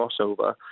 crossover